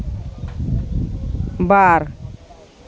ᱵᱟᱨ